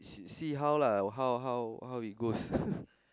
we see how lah how how how it goes